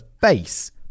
face